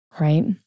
Right